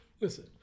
listen